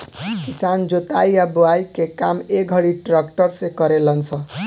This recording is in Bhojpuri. किसान जोताई आ बोआई के काम ए घड़ी ट्रक्टर से करेलन स